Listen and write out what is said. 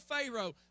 Pharaoh